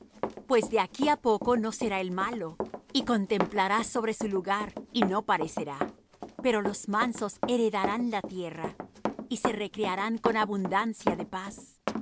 pues de aquí á poco no será el malo y contemplarás sobre su lugar y no parecerá pero los mansos heredarán la tierra y se recrearán con abundancia de paz